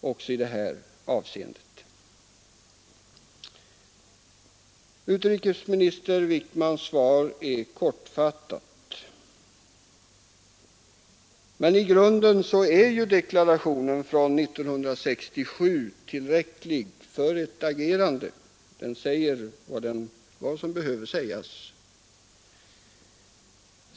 också i det här avseendet. Utrikesminister Wickmans svar är kortfattat, men i grunden är deklarationen från 1967 tillräcklig för ett agerande: den säger vad som behöver sägas.